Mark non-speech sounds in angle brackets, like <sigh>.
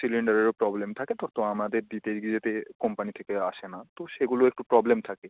সিলিন্ডারেরও problem থাকে তো তো আমাদের দিতে গিয়ে <unintelligible> কোম্পানি থেকে আসে না তো সেগুলো একটু প্রবলেম থাকে